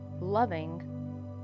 loving